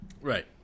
Right